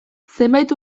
zenbait